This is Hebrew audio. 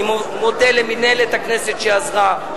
אני מודה למינהלת הכנסת שעזרה,